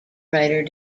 writer